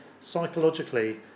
psychologically